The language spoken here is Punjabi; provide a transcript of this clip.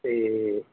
ਅਤੇ